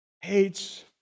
hates